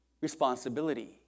responsibility